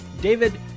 David